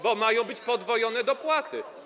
bo mają być podwojone dopłaty.